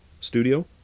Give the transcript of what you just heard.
studio